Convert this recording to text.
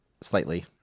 slightly